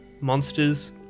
monsters